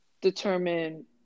determine